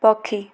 ପକ୍ଷୀ